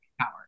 power